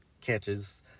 catches